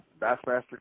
Bassmaster